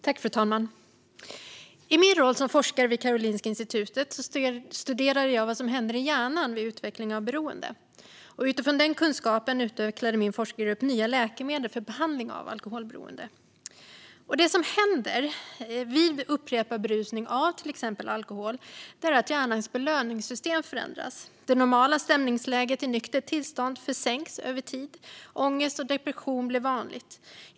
Fru talman! I min roll som forskare vid Karolinska institutet studerade jag vad som händer i hjärnan vid utveckling av beroende. Utifrån den kunskapen utvecklade min forskargrupp nya läkemedel för behandling av alkoholberoende. Det som händer vid upprepad berusning av till exempel alkohol är att hjärnans belöningssystem förändras. Det normala stämningsläget i nyktert tillstånd försänks över tid. Ångest och depression blir vanligt.